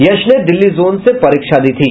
यश ने दिल्ली जोन से परीक्षा दी थी